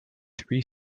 three